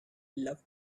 love